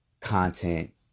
content